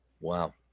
Wow